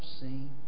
seen